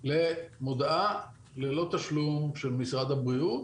למודעה ללא תשלום של משרד הבריאות,